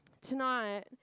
tonight